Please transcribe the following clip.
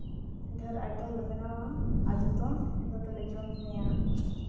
ᱰᱷᱮᱨ ᱟᱭᱴᱮᱢ ᱞᱮ ᱵᱮᱱᱟᱣᱟ ᱟᱨ ᱡᱚᱛᱚ ᱢᱤᱫ ᱫᱷᱟᱣ ᱛᱮᱞᱮ ᱡᱚᱢᱼᱧᱩᱭᱟ